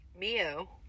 Mio